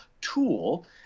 tool